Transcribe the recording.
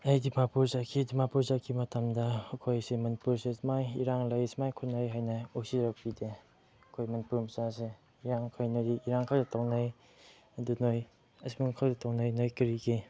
ꯑꯩ ꯗꯤꯃꯥꯄꯨꯔ ꯆꯠꯈꯤ ꯗꯤꯃꯥꯄꯨꯔ ꯆꯠꯈꯤ ꯃꯇꯝꯗ ꯑꯩꯈꯣꯏꯁꯦ ꯃꯅꯤꯄꯨꯔꯁꯦ ꯁꯨꯃꯥꯏꯅ ꯏꯔꯥꯡ ꯂꯩ ꯁꯨꯃꯥꯏꯅ ꯈꯠꯅꯩ ꯍꯥꯏꯅ ꯎꯁꯤꯠꯂꯛꯄꯤꯗꯦ ꯑꯩꯈꯣꯏ ꯃꯅꯤꯄꯨꯔ ꯃꯆꯥꯁꯦ ꯏꯔꯥꯡ ꯈꯠꯅꯔꯤ ꯏꯔꯥꯡ ꯀꯟ ꯇꯧꯅꯔꯤ ꯑꯗꯨ ꯑꯁꯨꯃꯥꯏꯅ ꯑꯩꯈꯣꯏ ꯇꯧꯅꯔꯤ ꯅꯣꯏ ꯀꯔꯤꯒꯤ